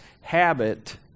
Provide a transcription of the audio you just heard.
habit